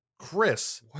Chris